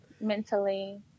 mentally